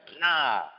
nah